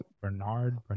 Bernard